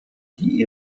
die